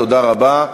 תודה רבה.